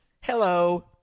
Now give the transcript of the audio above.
Hello